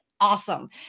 awesome